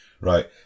Right